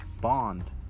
Bond